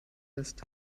ist